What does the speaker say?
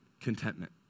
contentment